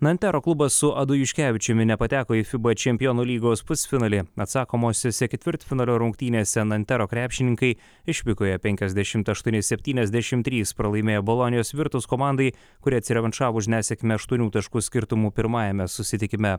nantero klubas su adu juškevičiumi nepateko į fiba čempionų lygos pusfinalį atsakomosiose ketvirtfinalio rungtynėse nantero krepšininkai išvykoje penkiasdešimt aštuoni septyniasdešim trys pralaimėjo bolonijos virtus komandai kuri atsirevanšavo už nesėkmę aštuonių taškų skirtumu pirmajame susitikime